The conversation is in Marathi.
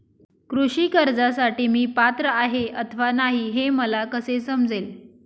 कृषी कर्जासाठी मी पात्र आहे अथवा नाही, हे मला कसे समजेल?